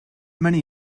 many